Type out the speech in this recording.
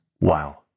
Wow